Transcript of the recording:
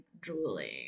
drooling